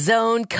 Zone